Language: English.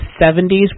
70s